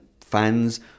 fans